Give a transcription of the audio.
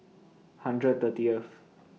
hundred thirtieth